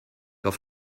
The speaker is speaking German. auf